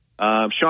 Sean